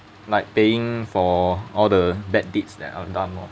like paying for all the bad deeds that I've done lor